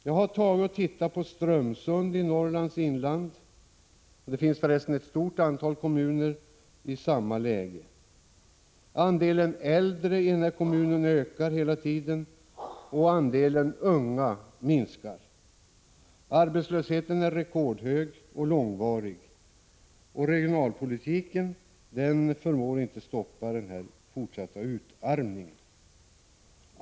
Jag har studerat siffrorna för Strömsund i Norrlands inland — det finns förresten ett stort antal kommuner i samma läge. Andelen äldre i kommunen ökar hela tiden, och andelen unga minskar. Arbetslösheten är rekordhög och arbetslöshetsperioderna för var och en långa. Den regionalpolitik som förs förmår inte att stoppa den fortsatta utarmningen.